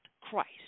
Christ